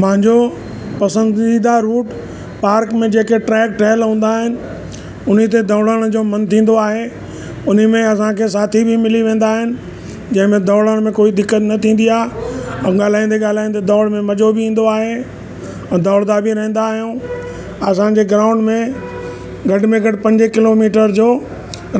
मुंहिंजो पसंदीदा route park में जेके ट्रैक ठहियलु हूंदा आहिनि उन ते दौड़ण जो मनु थींदो आहे उन में असांखे साथी बि मिली वेंदा आहिनि जंहिंमें दौड़ण में कोई दिक़त न थींदी आहे ऐं ॻाल्हाईंदे ॻाल्हाईंदे दौड़ में मज़ो बि ईंदो आहे ऐं दौड़दा बि रहंदा आहियूं असांजे गांवनि में घटि में घटि पंज किलोमीटर जो